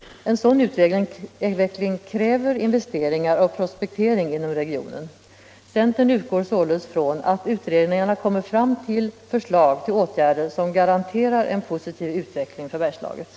En sådan utveckling kräver investering och prospektering inom regionen. Centern utgår således från att utredningen kommer fram till förslag om åtgärder som garanterar en positiv utveckling för Bergslagen.